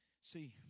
see